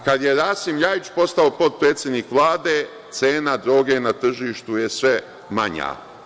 Kada je Rasim LJajić postao potpredsednik Vlade, cena droge na tržištu je sve manja.